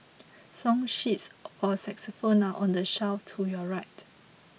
song sheets for xylophones are on the shelf to your right